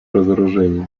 разоружению